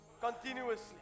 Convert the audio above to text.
continuously